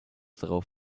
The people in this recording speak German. darauf